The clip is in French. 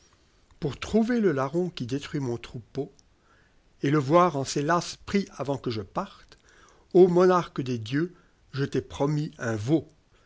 pour trouver le larron qui détruit mon troupeau et le voir en ces lacs pris avant que je parte o monarque des dieux je t'ai promis un veau